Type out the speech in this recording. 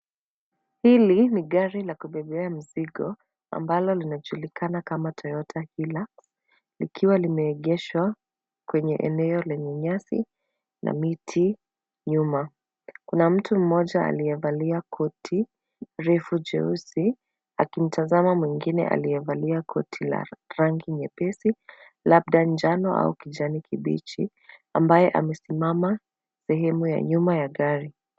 Hili, ni gari la kubebea mizigo, ambalo linajulikana kama toyota hilla, likiwa limeegeshwa kwenye eneo lenye nyasi na miti nyuma. Kuna mtu mmoja aliyevalia koti refu jeusi, akimtazama mwingine aliyevalia koti la rangi nyepesi labda njano au kijani kibichi, ambaye amesimama sehemu ya nyuma ya gari.